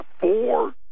four